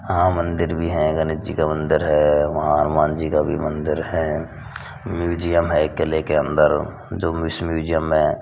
वहाँ मंदिर भी हैं गणेश जी का मंदिर है वहाँ हनुमान जी का भी मंदिर है मूजियम है किले के अंदर जो मिस मूजियम में